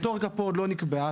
הסטטוטוריקה עדיין לא נקבעה,